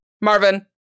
Marvin